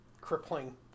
crippling